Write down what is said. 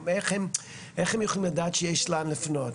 איך הם יכולים לדעת שיש לאן לפנות?